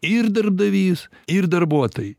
ir darbdavys ir darbuotojai